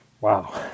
Wow